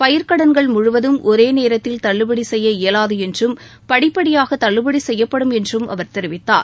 பயிர்கடன்கள் முழுவதும் ஒரேநேரத்தில் தள்ளுபடி செய்ய இயலாது என்றும் படிப்படியாக தள்ளுபடி செய்யப்படும் என்றும் அவர் தெரிவித்தார்